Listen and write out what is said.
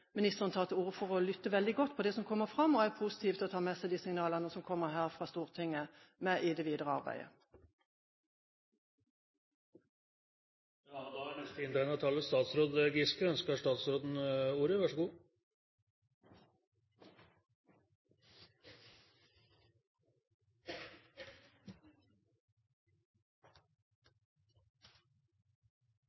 ministeren tar til orde for å lytte veldig nøye på det som kommer fram, og er positiv til å ta de signalene som kommer her fra Stortinget, med i det videre